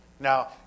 Now